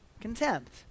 contempt